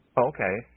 Okay